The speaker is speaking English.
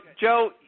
joe